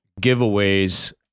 giveaways